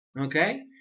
okay